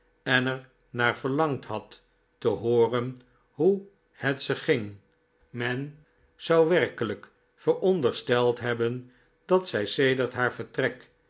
en er naar verlangd had te hooren hoe het ze ging men zou werkelijk verondersteld hebben dat zij sedert haar vertrek